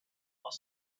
while